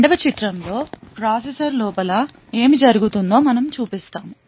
రెండవ చిత్రంలో ప్రాసెసర్ లోపల ఏమి జరుగుతుందో మనం చూపిస్తాము